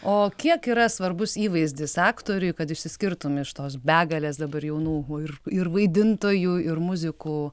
o kiek yra svarbus įvaizdis aktoriui kad išsiskirtum iš tos begalės dabar jaunų ir ir vaidintojų ir muzikų